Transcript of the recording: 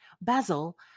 Basil